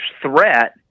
threat